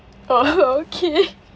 oh okay